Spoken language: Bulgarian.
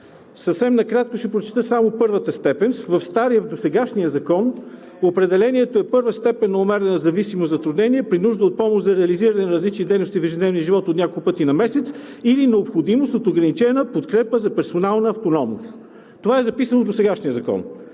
Съвсем накратко ще прочета само първата степен. В стария, в досегашния закон определението е: „Първа степен на умерена зависимост на затруднения при нужда от помощ за реализиране на различни дейности в ежедневния живот от няколко пъти на месец или необходимост от ограничена подкрепа за персонална автономност“. Това е записано в досегашния закон.